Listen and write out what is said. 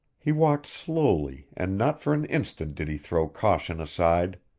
he walked slowly and not for an instant did he throw caution aside.